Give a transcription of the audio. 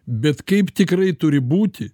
bet kaip tikrai turi būti